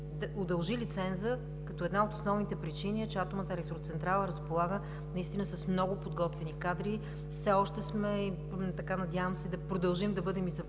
удължи лиценза като една от основните причини е, че Атомната електроцентрала разполага наистина с много подготвени кадри. Надявам се да продължим да бъдем и в бъдеще